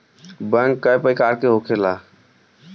bank कई प्रकार के होखेला